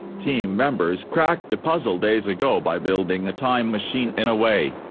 team members cracked the puzzle days ago by building a time machine in a way.